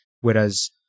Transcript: whereas